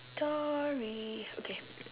story okay